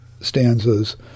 stanzas